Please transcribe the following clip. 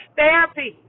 therapy